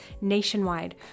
nationwide